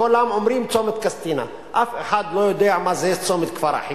כולם אומרים "צומת קסטינה"; אף אחד לא יודע מה זה "צומת כפר-אחים",